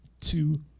two